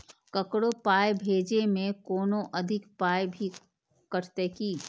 ककरो पाय भेजै मे कोनो अधिक पाय भी कटतै की?